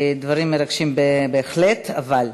דברים מרגשים בהחלט, אבל,